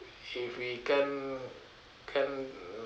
if we can't can't